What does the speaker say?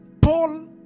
Paul